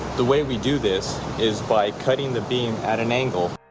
the way we do this is by cutting the beam at and angle.